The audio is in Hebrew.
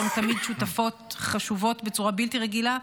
שהם תמיד שותפות חשובות בצורה בלתי רגילה,